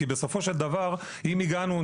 כי בסופו של דבר אם הגענו,